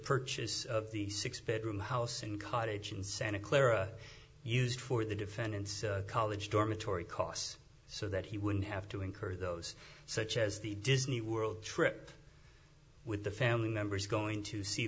purchase of the six bedroom house in cottage in santa clara used for the defendant's college dormitory costs so that he wouldn't have to incur those such as the disney world trip with the family members going to see